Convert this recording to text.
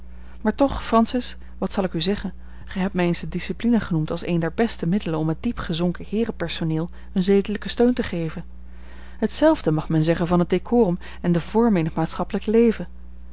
maar toch francis wat zal ik u zeggen gij hebt mij eens de discipline genoemd als een der beste middelen om het diep gezonken heeren personeel een zedelijken steun te geven hetzelfde mag men zeggen van het decorum en de vormen in het maatschappelijk leven